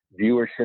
Viewership